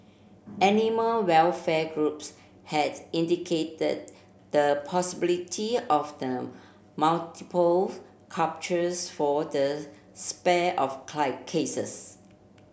animal welfare groups had indicated the possibility of the multiple for the spate of cases